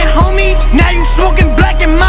homie now you smokin' black and